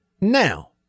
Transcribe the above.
Now